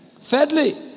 Thirdly